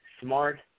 smart